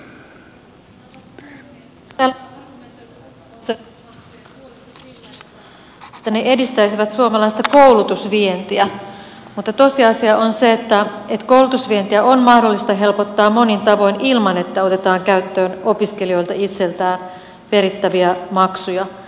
täällä on argumentoitu lukukausimaksujen puolesta sillä että ne edistäisivät suomalaista koulutusvientiä mutta tosiasia on se että koulutusvientiä on mahdollista helpottaa monin tavoin ilman että otetaan käyttöön opiskelijoilta itseltään perittäviä maksuja